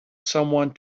someone